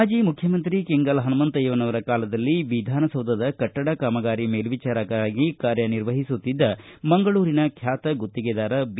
ಮಾಜಿ ಮುಖ್ಚಮಂತ್ರಿ ಕೆಂಗಲ್ ಹನುಮಂತಯ್ಯರ ಕಾಲದಲ್ಲಿ ವಿಧಾನಸೌಧದ ಕಟ್ಟಡ ಕಾಮಗಾರಿಯ ಮೇಲ್ವಿಚಾರಕರಾಗಿ ಕಾರ್ಯ ನಿರ್ವಹಿಸಿದ್ದ ಮಂಗಳೂರಿನ ಖ್ಯಾತ ಗುತ್ತಿಗೆದಾರ ಬಿ